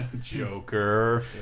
Joker